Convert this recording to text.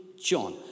John